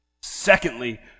Secondly